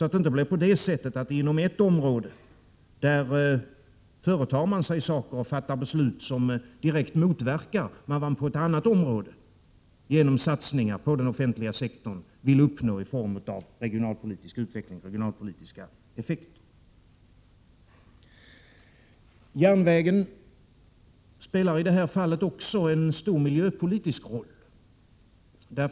Det får inte bli så att man inom ett område företar åtgärder och fattar beslut som direkt motverkar vad man genom satsningar på den offentliga sektorn vill uppnå på ett annat område i form av regionalpolitisk utveckling och effekt. Järnvägen spelar i det här fallet även en stor miljöpolitisk roll.